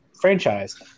franchise